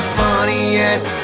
funniest